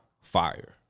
fire